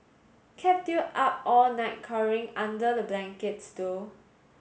kept you up all night cowering under the blankets though